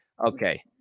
Okay